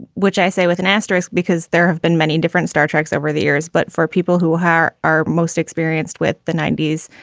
which i say with an asterisk because there have been many different star trek's over the years. but for people who are our most experienced with the ninety s,